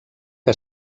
que